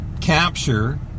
capture